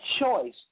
choice